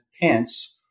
Pence